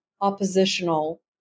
oppositional